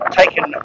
taken